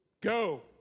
Go